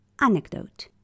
Anecdote